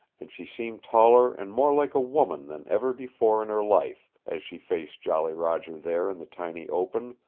and she seemed taller and more like a woman than ever before in her life as she faced jolly roger there in the tiny open,